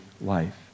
life